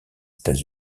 états